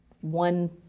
one